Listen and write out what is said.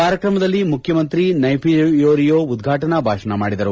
ಕಾರ್ಯಕ್ರಮದಲ್ಲಿ ಮುಖ್ಯಮಂತ್ರಿ ನೈಫಿಯೂರಿಯೊ ಉದ್ಘಾಟನಾ ಭಾಷಣ ಮಾಡಿದರು